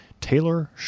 Taylor